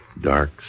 dark